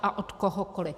A od kohokoli!